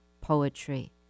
poetry